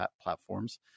platforms